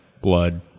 blood